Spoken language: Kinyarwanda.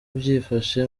byifashe